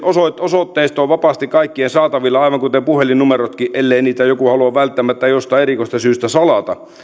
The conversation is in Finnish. osoitteisto on vapaasti kaikkien saatavilla aivan kuten puhelinnumerotkin ellei niitä joku halua välttämättä jostain erikoisesta syystä salata